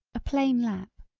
a plain lap,